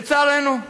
לצערנו,